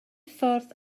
ffordd